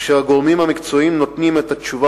והגורמים המקצועיים נותנים את התשובה